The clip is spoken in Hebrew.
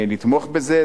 לתמוך בזה,